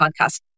podcast